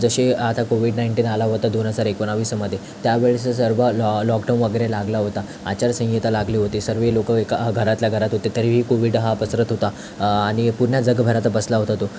जशी आता Covid nineteen आला होता दोन हजार एकोणावीसमध्ये त्यावेळेस स सर्व लॉ लॉकडॉऊन वगैरे लागला होता आचारसंहिता लागली होती सर्व लोक एका घरातल्या घरात होते तरीही कोविड हा पसरत होता आणि पुन्हा जगभरात बसला होता तो